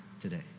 today